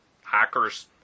Hackers